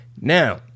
Now